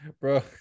bro